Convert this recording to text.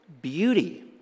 beauty